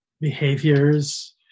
behaviors